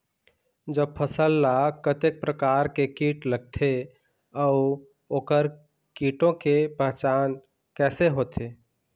जब फसल ला कतेक प्रकार के कीट लगथे अऊ ओकर कीटों के पहचान कैसे होथे?